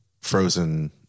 frozen